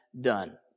done